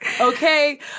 Okay